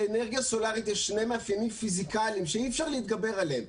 לאנרגיה סולארית יש שני מאפיינים פיזיקליים שאי אפשר להתגבר עליהם.